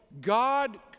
God